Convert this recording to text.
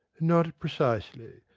not precisely.